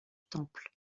temple